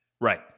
Right